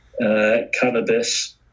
cannabis